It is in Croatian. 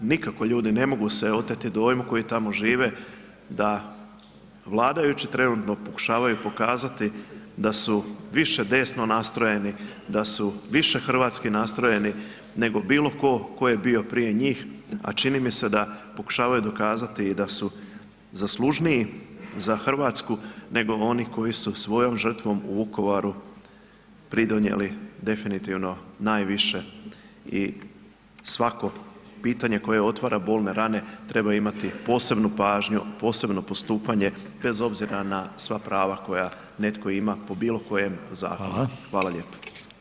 Nikako ljudi ne mogu se oteti dojmu koji tamo žive da vladajući trenutno pokušavaju pokazati da su više desno nastrojeni, da su više hrvatski nastrojeni nego bilo ko ko je bio prije njih, a čini mi se da pokušavaju dokazati i da su zaslužniji za RH nego oni koji su svojom žrtvom u Vukovaru pridonijeli definitivno najviše i svako pitanje koje otvara bolne rane trebaju imati posebnu pažnju, posebno postupanje bez obzira na sva prava koja netko ima po bilo kojem zakonu [[Upadica: Hvala]] Hvala lijepo.